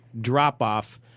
drop-off